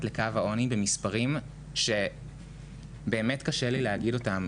לקו העוני במספרים שקשה לי להגיד אותם.